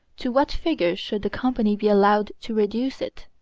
to what figure should the company be allowed to reduce it?